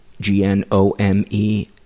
g-n-o-m-e